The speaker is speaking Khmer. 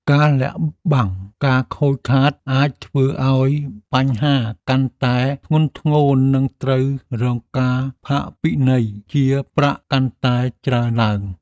ការលាក់បាំងការខូចខាតអាចធ្វើឱ្យបញ្ហាកាន់តែធ្ងន់ធ្ងរនិងត្រូវរងការផាកពិន័យជាប្រាក់កាន់តែច្រើនឡើង។